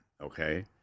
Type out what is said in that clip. okay